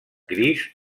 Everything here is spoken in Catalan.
gris